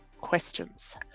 questions